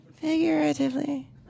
Figuratively